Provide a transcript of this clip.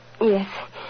Yes